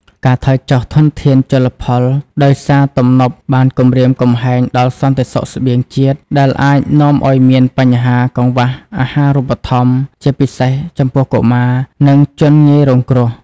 ការថយចុះធនធានជលផលដោយសារទំនប់បានគំរាមកំហែងដល់សន្តិសុខស្បៀងជាតិ ដែលអាចនាំឱ្យមានបញ្ហាកង្វះអាហារូបត្ថម្ភ ជាពិសេសចំពោះកុមារ និងជនងាយរងគ្រោះ។